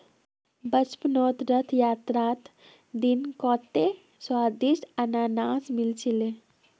बचपनत रथ यात्रार दिन कत्ते स्वदिष्ट अनन्नास मिल छिले